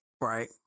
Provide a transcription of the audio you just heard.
Right